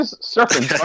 Serpent